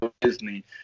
Disney